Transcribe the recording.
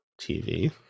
TV